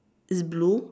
is blue